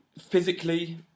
physically